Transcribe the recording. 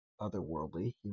otherworldly